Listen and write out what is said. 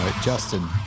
Justin